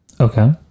Okay